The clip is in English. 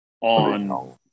on